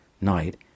night